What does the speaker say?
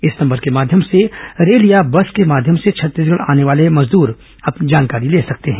इस नंबर के माध्यम से रेल या बस के माध्यम से छत्तीसगढ़ आने वाले श्रमिक जानकारी ले सकते हैं